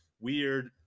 weird